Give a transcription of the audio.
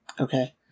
Okay